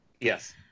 Yes